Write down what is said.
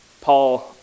Paul